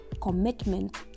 commitment